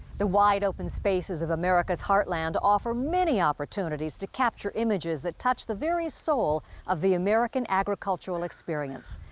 the wide open spaces of america's heartland offer many opportunities to capture images that touch the very soul of the american agricultural experience.